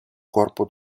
corpo